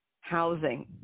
housing